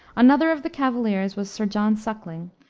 another of the cavaliers was sir john suckling,